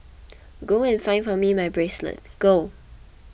go and find for me my bracelet go